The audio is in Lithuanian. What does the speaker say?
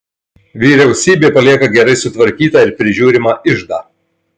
vyriausybė palieka gerai sutvarkytą ir prižiūrimą iždą